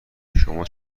شما